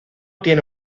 tiene